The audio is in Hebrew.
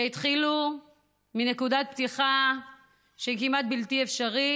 שהתחילו מנקודת פתיחה שהיא כמעט בלתי אפשרית,